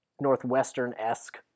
northwestern-esque